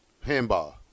handball